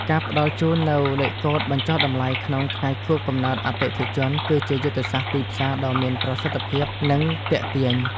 ការផ្ដល់ជូននូវលេខកូដបញ្ចុះតម្លៃក្នុងថ្ងៃខួបកំណើតអតិថិជន គឺជាយុទ្ធសាស្ត្រទីផ្សារដ៏មានប្រសិទ្ធភាព និងទាក់ទាញ។